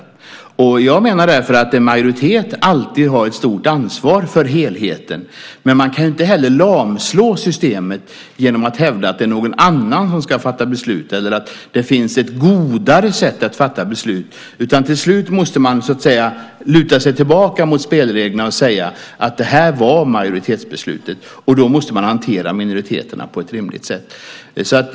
Jag menar därför att en majoritet alltid har ett stort ansvar för helheten. Men man kan inte lamslå systemet genom att hävda att det är någon annan som ska fatta beslut eller att det finns ett godare sätt att fatta beslut. Till slut måste man luta sig tillbaka mot spelreglerna och säga att det här var majoritetsbeslutet, och då måste man hantera minoriteterna på ett rimligt sätt.